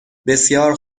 بسیار